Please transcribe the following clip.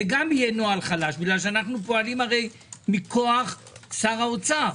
אנחנו פועלים הרי מכוח שר האוצר.